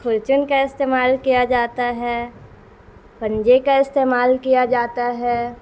کھرچن کا استعمال کیا جاتا ہے پنجے کا استعمال کیا جاتا ہے